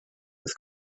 with